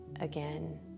Again